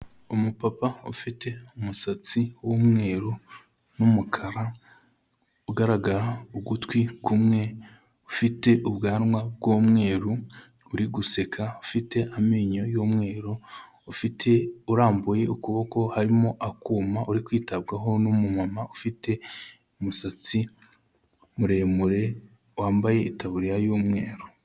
Umupapa ufite umusatsi w'umweru n'umukara, ugaragara ugutwi kumwe, ufite ubwanwa b'umweru uri guseka, ufite amenyo y'umweru, ufite urambuye ukuboko harimo akuma, uri kwitabwaho n'umumama, ufite umusatsi muremure, wambaye itaburiya y'umweru.